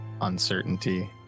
uncertainty